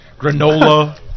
granola